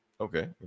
okay